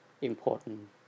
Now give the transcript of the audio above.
important